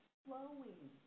flowing